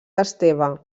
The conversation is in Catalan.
esteve